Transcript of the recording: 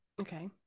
Okay